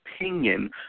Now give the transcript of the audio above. opinion